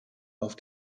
auf